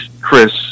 Chris